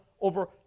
over